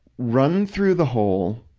run through the hole,